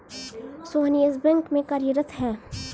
Sohan Yes Bank में कार्यरत है